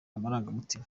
amarangamutima